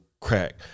Crack